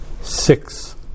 six